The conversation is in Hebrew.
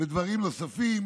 ודברים נוספים.